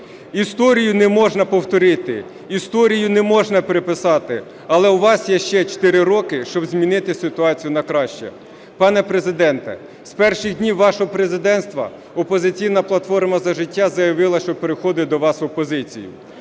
Історію не можна повторити, історію не можна переписати, але у вас є ще чотири роки, щоб змінити ситуацію на краще. Пане Президенте, з перших днів вашого президенства "Опозиційна платформа – За життя" заявила, що переходить до вас в опозицію.